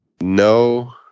No